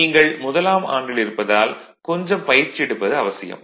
நீங்கள் முதலாம் ஆண்டில் இருப்பதால் கொஞ்சம் பயிற்சி எடுப்பது அவசியம்